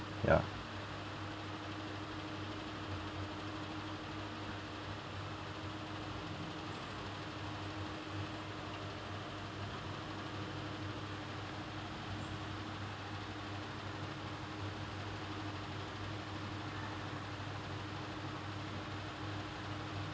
ya